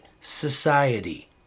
society